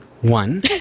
One